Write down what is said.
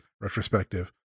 retrospective